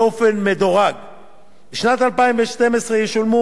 בשנת 2012 ישולמו שליש מהתוספות